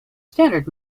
standard